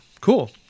cool